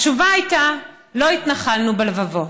התשובה הייתה: לא התנחלנו בלבבות.